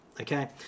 Okay